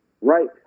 right